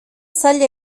zaila